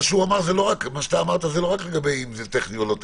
מה שאתה אמרת זה לא רק לגבי אם זה טכני או לא טכני,